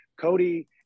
Cody